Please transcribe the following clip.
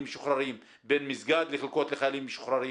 משוחררים בין מסגד לחלקות לחיילים משוחררים.